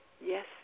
Yes